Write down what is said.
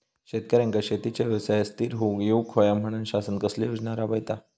शेतकऱ्यांका शेतीच्या व्यवसायात स्थिर होवुक येऊक होया म्हणान शासन कसले योजना राबयता?